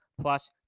plus